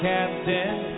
Captain